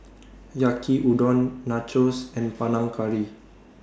Yaki Udon Nachos and Panang Curry